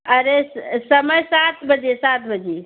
अरे समय सात बजे सात बजे